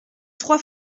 trois